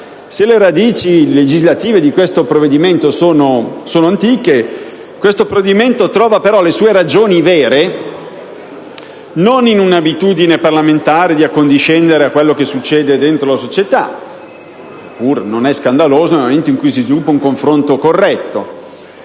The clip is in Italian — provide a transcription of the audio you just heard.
le sue radici legislative sono antiche, questo provvedimento trova però le sue ragioni vere non in un una abitudine parlamentare di accondiscendere a quanto succede nella società (cosa pur non scandalosa nel momento in cui si sviluppa un confronto corretto),